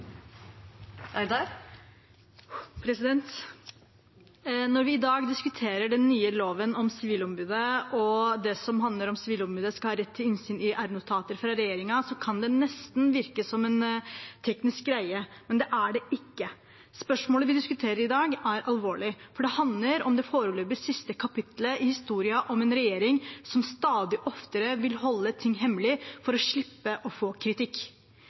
Når vi i dag diskuterer den nye loven om sivilombudet og det som handler om hvorvidt sivilombudet skal ha rett til innsyn i r-notater, kan det nesten virke som en teknisk greie. Men det er det ikke. Spørsmålet vi diskuterer i dag, er alvorlig, for det handler om det foreløpig siste kapitlet i historien om en regjering som stadig oftere vil holde ting hemmelig for å slippe å få kritikk.